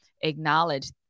acknowledge